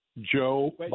Joe